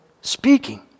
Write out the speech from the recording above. speaking